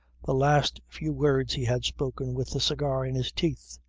the last few words he had spoken with the cigar in his teeth.